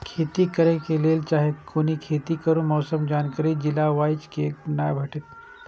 खेती करे के लेल चाहै कोनो खेती करू मौसम के जानकारी जिला वाईज के ना भेटेत?